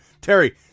Terry